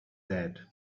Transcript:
dead